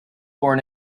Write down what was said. born